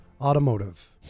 Automotive